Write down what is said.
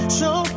Show